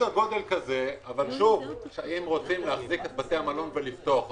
אם רוצים להחזיק את בתי המלון ולפתוח אותם,